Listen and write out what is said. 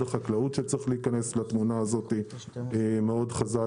החקלאות שצריך להיכנס לתמונה הזאת מאוד חזק.